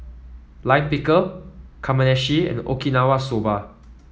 Lime Pickle Kamameshi and Okinawa Soba